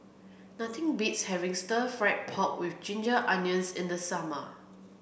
nothing beats having stir fried pork with ginger onions in the summer